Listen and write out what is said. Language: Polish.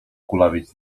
kulawiec